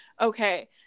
okay